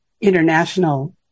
international